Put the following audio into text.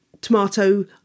tomato